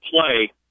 play